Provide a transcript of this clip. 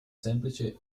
semplice